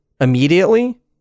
immediately